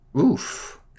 oof